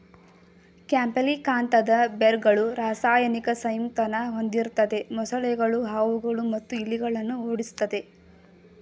ಕ್ಯಾಂಪಿಲಿಕಾಂತದ್ ಬೇರ್ಗಳು ರಾಸಾಯನಿಕ ಸಂಯುಕ್ತನ ಹೊಂದಿರ್ತದೆ ಮೊಸಳೆಗಳು ಹಾವುಗಳು ಮತ್ತು ಇಲಿಗಳನ್ನ ಓಡಿಸ್ತದೆ